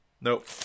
Nope